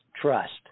trust